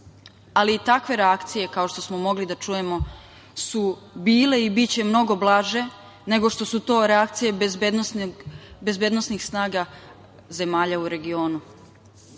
ali takve reakcije kao što smo mogli da čujemo su bile i biće mnogo blaže nego što su to reakcije bezbednosnih snaga zemalja u regionu. Svež